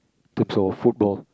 in terms of football